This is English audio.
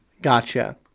Gotcha